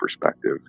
perspective